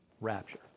rapture